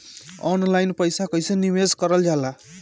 Online पईसा कईसे निवेश करल जाला?